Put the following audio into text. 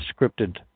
scripted